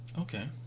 Okay